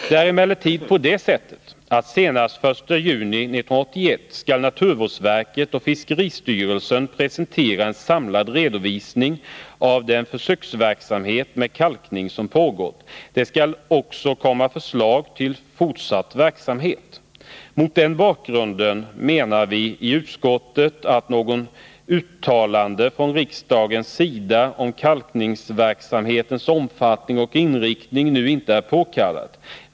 Det är emellertid på det sättet att senast den 1 juni 1981 skall naturvårdsverket och fiskeristyrelsen presentera en samlad redovisning av den försöksverksamhet med kalkning som pågått. Det skall också komma förslag till fortsatt verksamhet. Mot den bakgrunden menar vi i utskottet att något uttalande från riksdagens sida om kalkningsverksamhetens omfattning och inriktning nu inte är påkallat.